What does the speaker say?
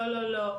לא, לא.